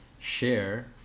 share